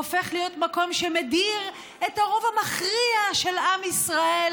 הופך להיות מקום שמדיר את הרוב המכריע של עם ישראל,